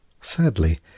Sadly